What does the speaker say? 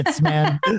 man